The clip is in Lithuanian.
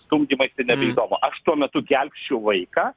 stumdymaisi nebeįdomu o aš tuo metu gelbsčiu vaiką